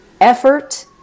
effort